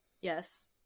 Yes